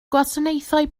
gwasanaethau